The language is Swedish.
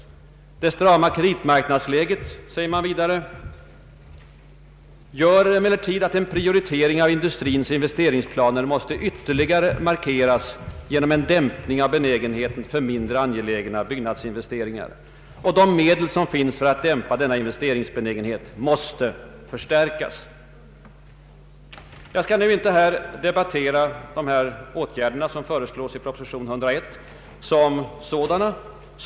Där sägs vidare, att det strama kreditmarknadsläget emellertid gör att en prioritering av industrins investeringsplaner måste ytterligare markeras genom en dämpning av benägenheten för mindre angelägna byggnadsinvesteringar. De medel som finns för att dämpa denna investeringsbenägenhet måste förstärkas. Jag skall nu inte debattera de åtgärder som föreslås i proposition 101 som sådana.